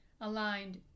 aligned